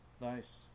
nice